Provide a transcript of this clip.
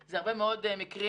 זה הרבה מאוד מקרים,